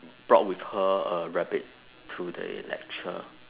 brought with her a rabbit to the lecture